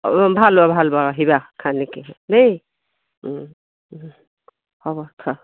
অ ভাল হ'ব ভাল হ'ব আহিবা আশা থাকিল দেই হ'ব থোৱা